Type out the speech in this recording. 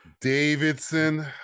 davidson